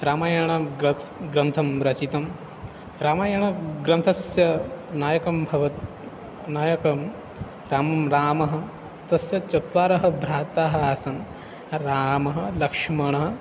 रामायणं ग्रन्थः ग्रन्थं रचितं रामायणग्रन्थस्य नायकः भवति नायकः रामः रामः तस्य चत्वारः भ्रातरः आसन् रामः लक्ष्मणः